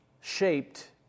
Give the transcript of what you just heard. shaped